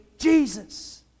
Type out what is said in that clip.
Jesus